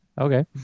Okay